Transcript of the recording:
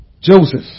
Joseph